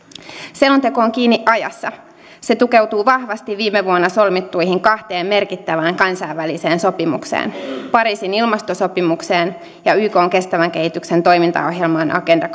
selonteko on kiinni ajassa se tukeutuu vahvasti viime vuonna solmittuihin kahteen merkittävään kansainväliseen sopimukseen pariisin ilmastosopimukseen ja ykn kestävän kehityksen toimintaohjelmaan agenda